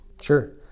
Sure